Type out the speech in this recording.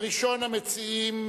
ראשון המציעים,